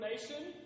information